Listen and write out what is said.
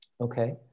Okay